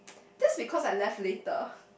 that's because I left later